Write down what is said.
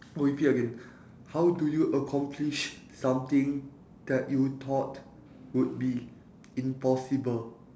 repeat again how do you accomplish something that you thought would be impossible